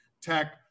tech